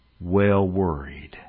well-worried